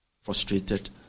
Frustrated